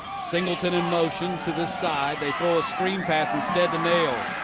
singleton in motion to the side. they throw a screen pass instead to nails.